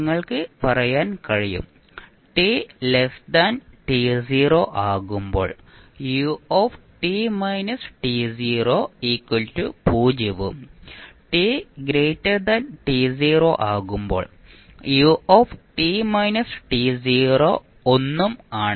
നിങ്ങൾക്ക് പറയാൻ കഴിയും t ആകുമ്പോൾ u0 ഉം t ആകുമ്പോൾ u 1 ഉം ആണ്